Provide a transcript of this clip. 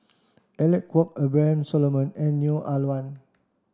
Alec Kuok Abraham Solomon and Neo Ah Luan